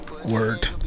word